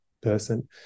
person